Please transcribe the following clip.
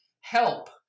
help